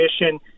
mission